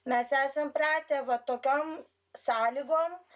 mes esam pratę va tokiom sąlygom